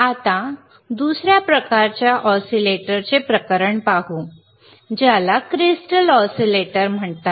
आता दुसर्या प्रकारच्या ऑसिलेटरचे प्रकरण पाहू ज्याला क्रिस्टल ऑसीलेटर म्हणतात